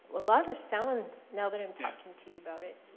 a lot of sound now that i'm talking to you about it,